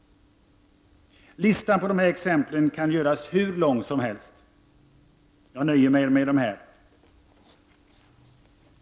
Listan på exempel kan göras hur lång som helst.